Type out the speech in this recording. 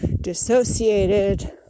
dissociated